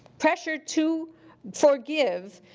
pressure to forgive,